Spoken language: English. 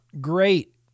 great